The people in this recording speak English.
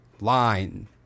line